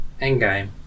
Endgame